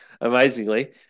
amazingly